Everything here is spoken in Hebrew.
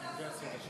למען הסר ספק,